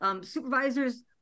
Supervisors